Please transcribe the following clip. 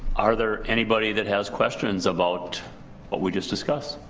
are there are anybody that has questions about what we just discussed?